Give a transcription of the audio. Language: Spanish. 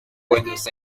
buenos